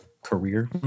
career